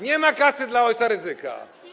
Nie ma kasy dla ojca Rydzyka.